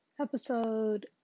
episode